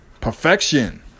Perfection